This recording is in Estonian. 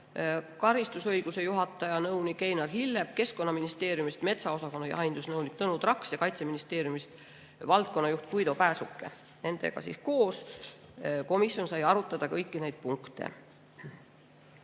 talituse] juhataja nõunik Einar Hillep, Keskkonnaministeeriumist metsaosakonna jahinduse nõunik Tõnu Traks ja Kaitseministeeriumist valdkonnajuht Guido Pääsuke. Nendega koos sai komisjon arutada kõiki neid punkte.